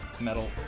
metal